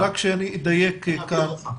אני מעביר לך.